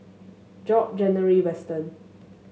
Job January Weston